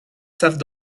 savent